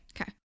Okay